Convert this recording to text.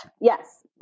Yes